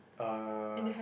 uh